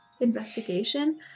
investigation